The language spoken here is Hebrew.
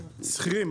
סחירים,